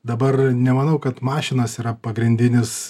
dabar nemanau kad mašinos yra pagrindinis